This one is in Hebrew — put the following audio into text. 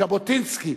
ז'בוטינסקי,